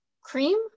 cream